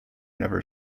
never